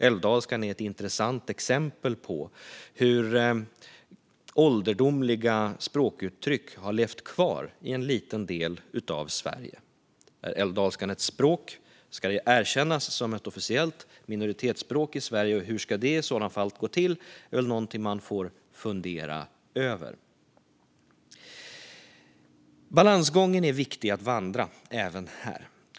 Älvdalskan är ett intressant exempel på hur ålderdomliga språkuttryck har levt kvar i en liten del av Sverige. Om älvdalskan är ett språk, om den ska det erkännas som ett officiellt minoritetsspråk i Sverige och hur det i så fall ska gå till är väl någonting man får fundera över. Balansgången är viktig att vandra även här.